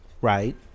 Right